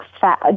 fat